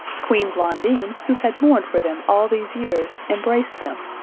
queen blondine, who had mourned for them all these years, embraced them,